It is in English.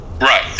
right